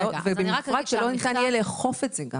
במיוחד כשלא ניתן לאכוף את זה.